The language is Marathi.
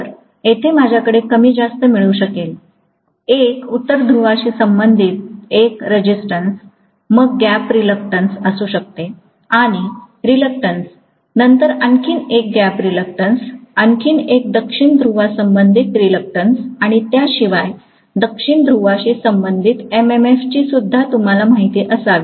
तर येथे माझ्याकडे कमी जास्त मिळू शकेल एक उत्तर ध्रुवशी संबंधित एक रेसीस्टंस मग गॅप रिलक्टंस असू शकते आणि रिलक्टंस नंतर आणखी एक गॅप रिलक्टंस आणखी एक दक्षिण ध्रुवासंबंधित रिलक्टंस आणि त्याशिवाय दक्षिण ध्रुवाशी संबंधित MMF ची सुद्धा तुम्हाला माहिती असावी